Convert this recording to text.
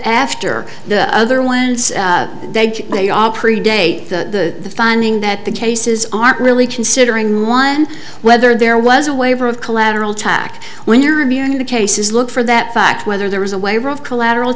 after the other when they all predate the finding that the cases aren't really considering one whether there was a waiver of collateral tack when your immunity case is look for that fact whether there was a waiver of collateral